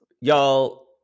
Y'all